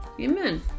amen